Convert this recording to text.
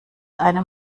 einem